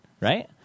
right